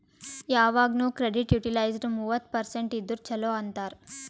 ಯವಾಗ್ನು credit utilised ಮೂವತ್ತ percent ಇದ್ದುರ ಛಲೋ ಅಂತಾರ್